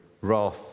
wrath